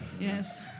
Yes